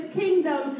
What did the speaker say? kingdom